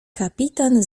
kapitan